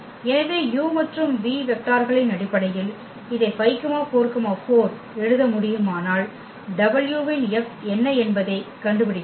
எனவே u மற்றும் v வெக்டார்களின் அடிப்படையில் இதை 5 4 4 எழுத முடியுமானால் w இன் F என்ன என்பதைக் கண்டுபிடிக்கலாம்